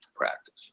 practice